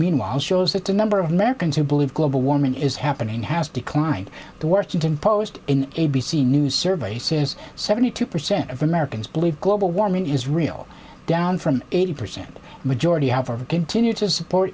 meanwhile shows that the number of americans who believe global warming is happening has declined the worst you can post in a b c news survey says seventy two percent of americans believe global warming is real down from eighty percent majority have a continue to support